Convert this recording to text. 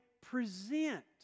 present